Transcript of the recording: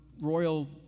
royal